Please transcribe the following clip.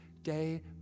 Day